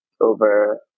over